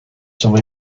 some